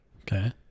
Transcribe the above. Okay